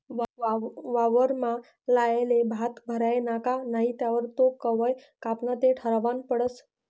वावरमा लायेल भात भरायना का नही त्यावर तो कवय कापाना ते ठरावनं पडस